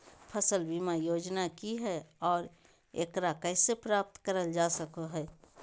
फसल बीमा योजना की हय आ एकरा कैसे प्राप्त करल जा सकों हय?